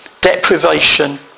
deprivation